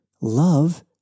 love